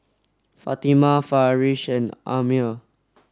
Fatimah Farish and Ammir